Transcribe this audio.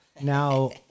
now